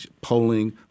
polling